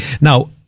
Now